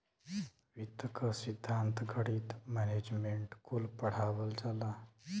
वित्त क सिद्धान्त, गणित, मैनेजमेंट कुल पढ़ावल जाला